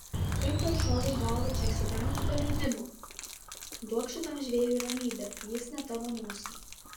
kaip tau šovė į galvą čia įsibrauti be leidimo duok šitam žvėriui ramybę jis ne tavo nosiai